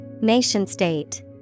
Nation-state